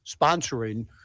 sponsoring